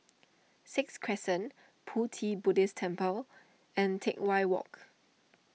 Sixth Crescent Pu Ti Buddhist Temple and Teck Whye Walk